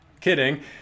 kidding